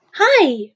Hi